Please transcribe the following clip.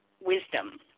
wisdom